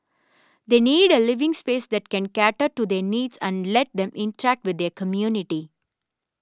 they need a living space that can cater to their needs and lets them interact with their community